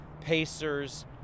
Pacers